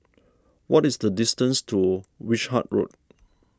what is the distance to Wishart Road